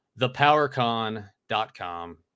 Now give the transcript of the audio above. Thepowercon.com